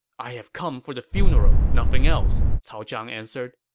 i have come for the funeral, nothing else, cao zhang answered